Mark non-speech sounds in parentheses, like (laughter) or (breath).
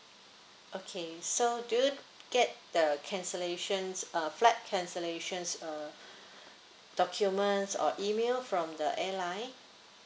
okay so do you get the cancellation's uh flight cancellation's uh (breath) document or email from the airline